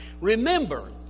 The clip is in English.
Remember